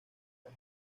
las